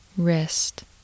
Wrist